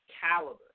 caliber